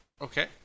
Okay